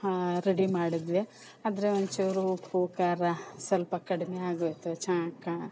ready ಮಾಡಿದೆ ಅದ್ರಾಗ ಒಂಚೂರು ಉಪ್ಪು ಖಾರ ಸ್ವಲ್ಪ ಕಡಿಮೆ ಆಗೋಯ್ತು ಚೆನ್ನಾಗಿ ಕಾಣತ್ತೆ